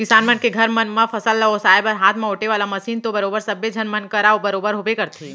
किसान मन के घर मन म फसल ल ओसाय बर हाथ म ओेटे वाले मसीन तो बरोबर सब्बे झन मन करा बरोबर होबे करथे